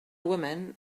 woman